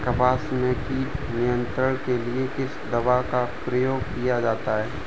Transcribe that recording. कपास में कीट नियंत्रण के लिए किस दवा का प्रयोग किया जाता है?